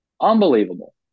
Unbelievable